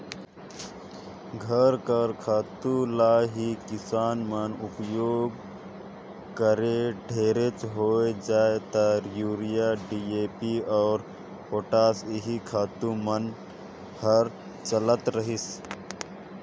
घर कर खातू ल ही किसान मन उपियोग करें ढेरेच होए जाए ता यूरिया, डी.ए.पी अउ पोटास एही खातू मन हर चलत रहिस